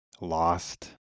lost